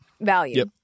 value